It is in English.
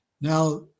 Now